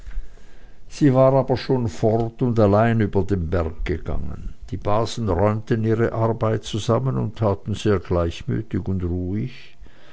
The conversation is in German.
sie aber war schon fort und allein über den berg gegangen die basen räumten ihre arbeit zusammen und taten sehr gleichmütig und ruhig